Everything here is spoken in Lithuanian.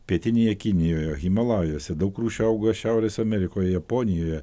pietinėje kinijoje himalajuose daug rūšių auga šiaurės amerikoje japonijoje